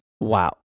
Wow